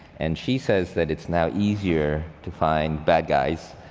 and she says that it's now easier to find bad guys,